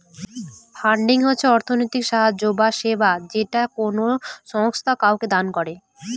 funding হচ্ছে অর্থনৈতিক সাহায্য বা সেবা যেটা কোনো সংস্থা কাউকে দান করে